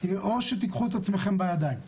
או שתיקחו את עצמכם לידיים.